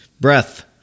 breath